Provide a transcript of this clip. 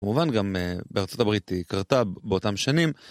כמובן גם בארה״ב היא קרתה באותם שנים.